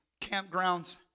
campgrounds